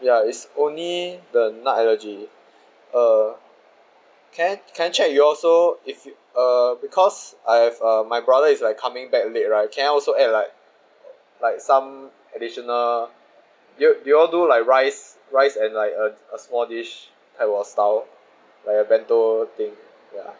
ya is only the nut allergy uh can I can I check with y'all also if uh because I've uh my brother is like coming back late right can I also add like like some additional do you do you all do like rice rice and like a a small dish type of style like a bento thing ya